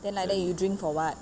then like that you drink for what